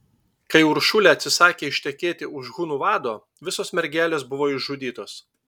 kai uršulė atsisakė ištekėti už hunų vado visos mergelės buvo išžudytos